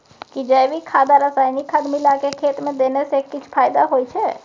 कि जैविक खाद आ रसायनिक खाद मिलाके खेत मे देने से किछ फायदा होय छै?